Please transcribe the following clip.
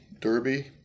Derby